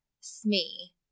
Smee